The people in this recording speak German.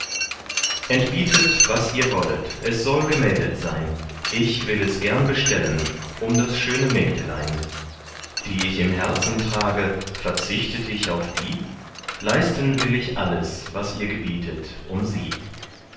entbietet was ihr wollet es soll gemeldet sein ich will es gern bestellen um das schöne mägdelein die ich im herzen tragen verzichtet ich auf die leisten will ich alles was ihr gebietet um sie